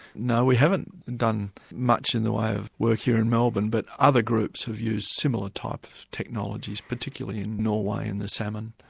no, we haven't done much in the way of work here in melbourne but other groups have used similar types of technologies, particularly in noway in the salmon,